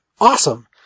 Awesome